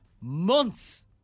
months